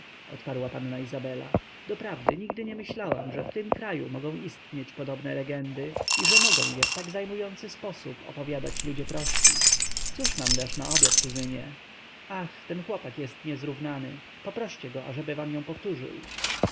odpowiedziała panna izabela doprawdy nigdy nie myślałam że w tym kraju mogą istnieć podobne legendy i że mogą je w tak zajmujący sposób opowiadać ludzie prości cóż nam dasz na obiad kuzynie ach ten chłopak jest niezrównany poproście go ażeby ją wam powtórzył